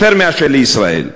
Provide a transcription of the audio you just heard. יותר מאשר לישראל?